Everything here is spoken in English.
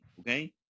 okay